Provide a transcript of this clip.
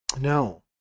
no